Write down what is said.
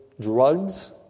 drugs